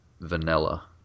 vanilla